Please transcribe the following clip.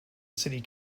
city